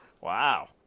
Wow